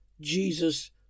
Jesus